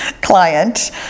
client